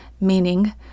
Meaning